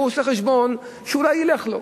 הוא עושה חשבון שאולי ילך לו.